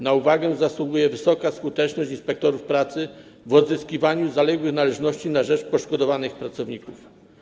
Na uwagę zasługuje wysoka skuteczność inspektorów pracy w odzyskiwaniu zaległych należności na rzecz poszkodowanych pracowników.